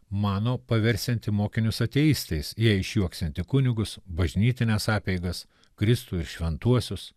mano paversianti mokinius ateistais jei išjuokianti kunigus bažnytines apeigas kristų ir šventuosius